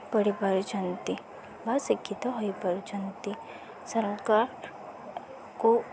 ପଢ଼ିପାରୁଛନ୍ତି ବା ଶିକ୍ଷିତ ହୋଇପାରୁଛନ୍ତି ସରକାରଙ୍କୁ